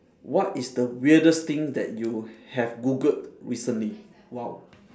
what is the weirdest thing that you have googled recently !wow!